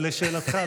אבל לשאלתך,